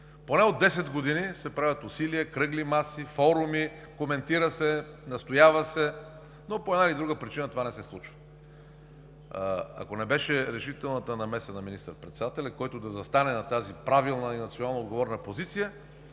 поне от 10 години се правят усилия – кръгли маси, форуми, коментира се, настоява се, но по една или друга причина това не се случи. Ако не беше решителната намеса на министър-председателя, който да застане на тази правилна и национално отговорна позиция,